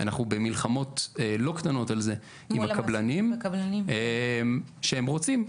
אנחנו במלחמות לא קטנות על זה עם הקבלנים שהם רוצים,